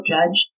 Judge